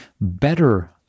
better